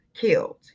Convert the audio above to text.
killed